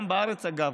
גם בארץ, אגב,